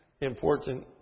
important